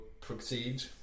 Proceed